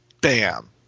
Bam